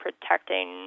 protecting